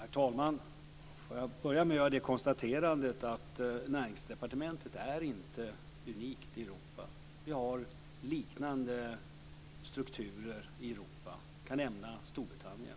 Herr talman! Får jag börja med att göra konstaterandet att Näringsdepartementet inte är unikt i Europa. Vi har liknande strukturer i Europa. Jag kan nämna Storbritannien.